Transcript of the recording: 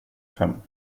fem